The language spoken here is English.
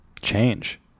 change